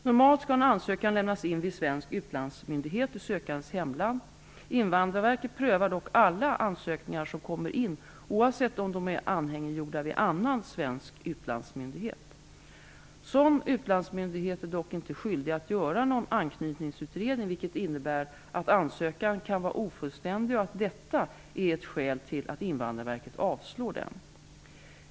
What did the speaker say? Normalt skall ansökan lämnas in vid svensk utlandsmyndighet i sökandens hemland. Invandrarverket prövar dock alla ansökningar som kommer in, oavsett om de är anhängiggjorda vid annan svensk utlandsmyndighet. Sådan utlandsmyndighet är dock inte skyldig att göra någon anknytningsutredning, vilket innebär att ansökan kan vara ofullständig och att detta är ett skäl till att Invandrarverket avslår den.